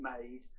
made